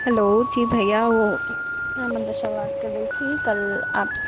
hello جی بھیا وہ میں منتشا بات کر رہی تھی کل آپ